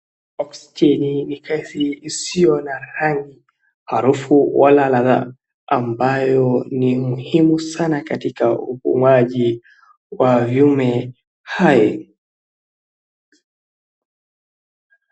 Oksijeni ni gesi isiyo na rangi, harufu wala ladha, amabyo ni muhimu sana katika upumuaji wa viumbe hai.